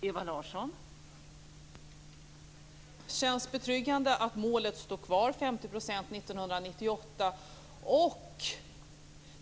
Fru talman! Det känns betryggande att målet - 50 % kvinnor 1998 - står kvar.